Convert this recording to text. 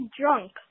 drunk